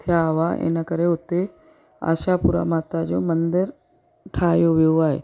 थिया हुआ इन करे हुते आशापुरा माता जो मंदिर ठाहियो वियो आहे